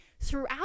Throughout